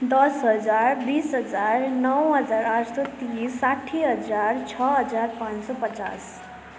दस हजार बिस हजार नौ हजार आठ सौ तिस साठी हजार छ हजार पाँच सौ पचास